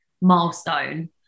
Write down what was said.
milestone